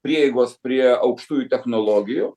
prieigos prie aukštųjų technologijų